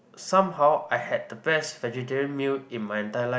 somehow I had the best vegetarian meal in my entire life